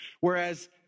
Whereas